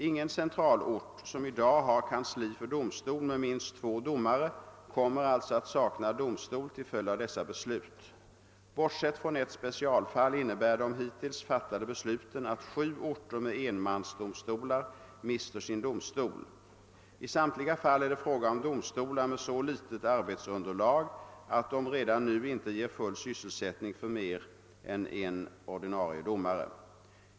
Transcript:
Ingen centralort som i dag har kansli för domstol med minst två domare kommer alltså att sakna domstol till följd av dessa beslut. Bortsett från ett specialfall innebär de hittills fattade besluten att sju orter med enmansdomstolar mister sin domstol. I samtliga fall är det fråga om domstolar med så litet arbetsunderlag att de redan nu inte ger full sysselsättning för mer än en ordinarie domare.